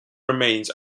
remains